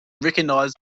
recognized